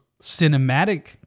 cinematic